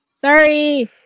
Sorry